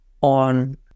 on